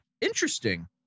interesting